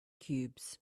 cubes